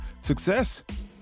success